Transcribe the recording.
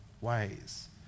ways